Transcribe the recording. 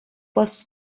was